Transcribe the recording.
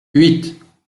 huit